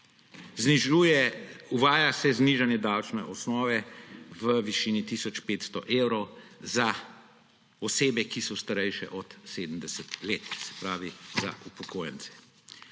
sveta. Uvaja se znižanje davčne osnove v višini tisoč 500 evrov za osebe, ki so starejše od 70 let, se pravi za upokojence.